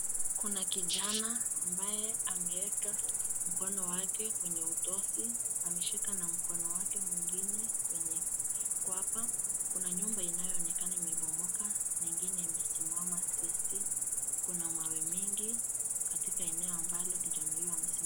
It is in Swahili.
Kuna kijana ambaye ameeka mkono wake kwenye utosi. Ameshika na mkono wake mwingine kwenye kwapa. Kuna nyumba iliyoonekana imebomoka na ingine imesimama tisti. Kuna mawe mingi katika eneo ambalo kijana huyu amesimama.